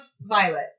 violet